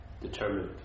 determined